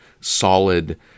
solid